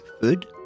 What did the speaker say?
food